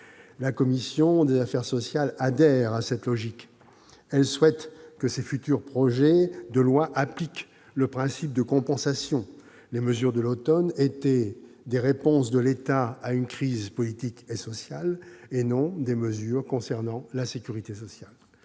La commission des affaires sociales adhère à cette logique. Elle souhaite que ces futurs projets de loi appliquent le principe de compensation : les mesures de l'automne étaient des réponses de l'État à une crise politique et sociale, et non des mesures concernant la sécurité sociale.